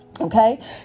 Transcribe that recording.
Okay